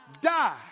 die